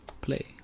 Play